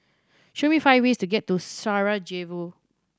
show me five ways to get to Sarajevo